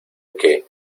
que